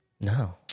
No